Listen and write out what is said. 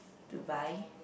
to buy